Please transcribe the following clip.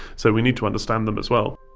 so we need to understand them as well.